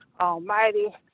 almighty